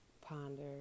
ponder